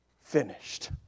finished